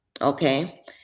okay